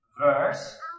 verse